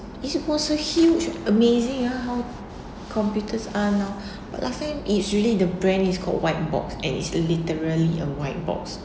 it was a huge amazing ah how computers are now but last time it's really the brand is called white box and is literally a white box